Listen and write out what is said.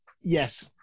Yes